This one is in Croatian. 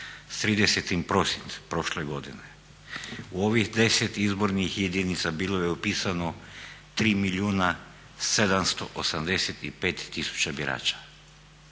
s 30. prosinca prošle godine u ovih 10 izbornih jedinica bilo je upisano 3 milijuna 785 tisuća birača,